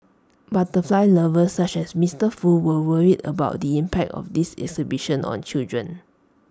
butterfly lovers such as Mister Foo were worried about the impact of this exhibition on children